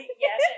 yes